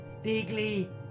Vaguely